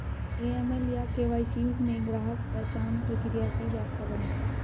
AML या KYC में ग्राहक पहचान प्रक्रिया की व्याख्या करें?